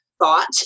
thought